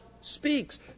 speaks